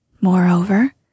Moreover